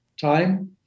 time